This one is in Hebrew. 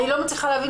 אני לא מצליחה להבין,